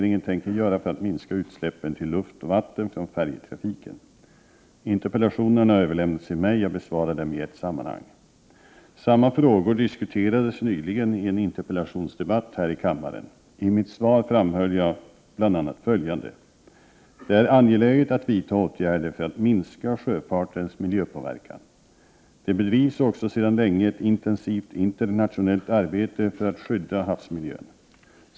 Interpellationerna har överlämnats till mig. Jag besvarar dem i ett sammanhang. Samma frågor diskuterades nyligen i en interpellationsdebatt här i kammaren. I mitt svar framhöll jag bl.a. följande. Det är angeläget att vidta åtgärder för att minska sjöfartens miljöpåverkan. Det bedrivs också sedan länge ett intensivt internationellt arbete för att skydda havsmiljön.